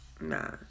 Nah